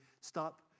stop